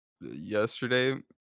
yesterday